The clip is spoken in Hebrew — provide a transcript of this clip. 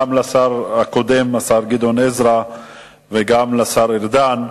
גם לשר הקודם השר גדעון עזרא וגם לשר ארדן.